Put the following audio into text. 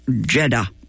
Jeddah